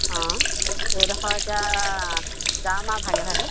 অঁ এইডোখৰ এতিয়া যাম আৰু ভাগে ভাগে